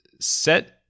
set